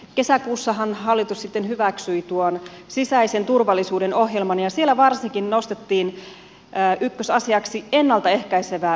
kesäkuussahan hallitus sitten hyväksyi tuon sisäisen turvallisuuden ohjelman ja varsinkin siellä nostettiin ykkösasiaksi ennalta ehkäisevä sosiaalityö